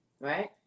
right